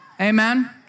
Amen